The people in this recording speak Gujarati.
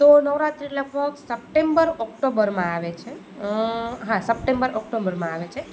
તો નવરાત્રિ લગભગ સપ્ટેમ્બર ઓક્ટોબરમાં આવે છે હા સપ્ટેમ્બર ઓક્ટોબરમાં આવે છે